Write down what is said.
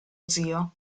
zio